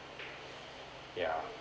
ya